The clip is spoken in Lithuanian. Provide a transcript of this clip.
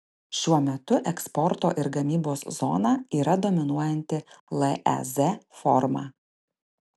šiuo metu eksporto ir gamybos zona yra dominuojanti lez forma